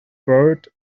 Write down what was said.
buried